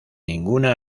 ninguna